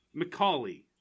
mccauley